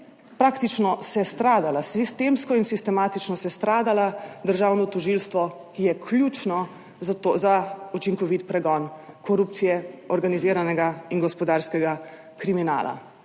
praktično sestradala, sistemsko in sistematično sestradala državno tožilstvo, ki je ključno za učinkovit pregon korupcije, organiziranega in gospodarskega kriminala.